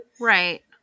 Right